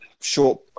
short